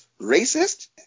racist